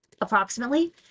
approximately